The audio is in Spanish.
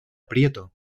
prieto